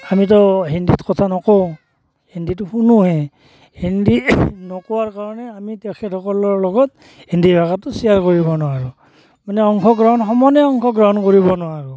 আমিটো হিন্দীত কথা নকওঁ হিন্দীটো শুনোঁহে হিন্দীৰ নোকোৱাৰ কাৰণে আমি তেখেতসকলৰ লগত হিন্দী ভাষাটো শ্বেয়াৰ কৰিব নোৱাৰোঁ মানে অংশগ্ৰহণ সমানে অংশগ্ৰহণ কৰিব নোৱাৰোঁ